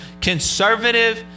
conservative